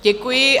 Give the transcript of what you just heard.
Děkuji.